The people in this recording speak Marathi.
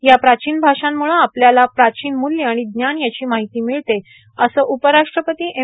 या प्राचीन भाषांमुळं आपल्याला प्राचीन मूल्य आर्गण ज्ञान याची मार्गाहती र्मिळते असं उपराष्ट्रपती एम